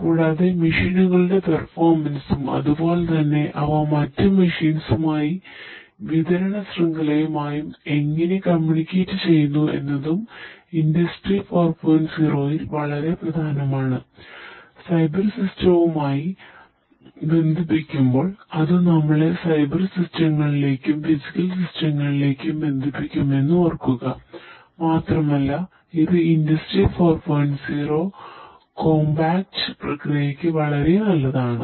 കൂടാതെ മെഷിനുകളുടെ പ്രക്രിയയ്ക്ക് വളരെ നല്ലതാണ്